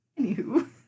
Anywho